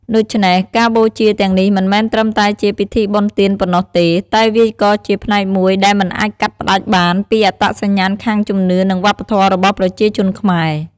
ដូច្នេះ ការបូជាទាំងនេះមិនមែនត្រឹមតែជាពិធីបុណ្យទានប៉ុណ្ណោះទេ តែវាក៏ជាផ្នែកមួយដែលមិនអាចកាត់ផ្ដាច់បានពី អត្តសញ្ញាណខាងជំនឿ និងវប្បធម៌របស់ប្រជាជនខ្មែរ។